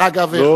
דרך אגב,